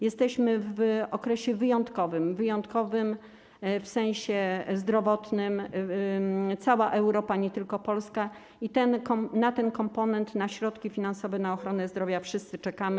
Jesteśmy w okresie wyjątkowym, wyjątkowym w sensie zdrowotnym - cała Europa, nie tylko Polska - i na ten komponent, na środki finansowe na ochronę zdrowia wszyscy czekamy.